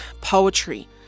poetry